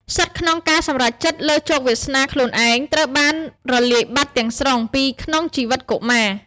សិទ្ធិក្នុងការសម្រេចចិត្តលើជោគវាសនាខ្លួនឯងត្រូវបានរលាយបាត់ទាំងស្រុងពីក្នុងជីវិតកុមារ។